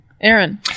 Aaron